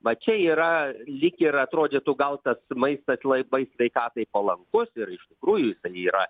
va čia yra lyg ir atrodytų gal tas maistas laibai sveikatai palankus ir iš tikrųjų yra